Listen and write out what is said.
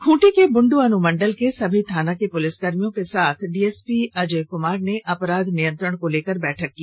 खूंटी के बुंडू अनुमण्डल के सभी थाना के पुलिसकर्मियों के साथ डीएसपी अजय कुमार ने अपराध नियंत्रण को लेकर बैठक की